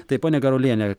tai ponia garuliene